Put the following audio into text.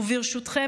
וברשותכם,